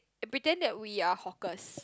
and pretend that we are hawkers